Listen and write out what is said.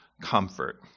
comfort